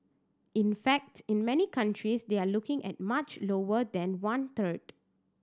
in fact in many countries they are looking at much lower than one third